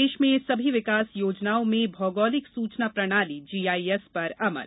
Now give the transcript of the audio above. प्रदेश में सभी विकास योजनाओं में भौगोलिक सूचना प्रणाली जीआईएस पर अमल